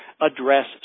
address